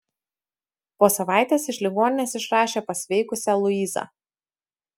po savaitės iš ligoninės išrašė pasveikusią luizą